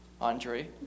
Andre